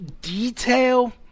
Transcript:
detail